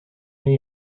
new